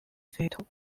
fatal